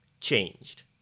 changed